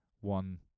one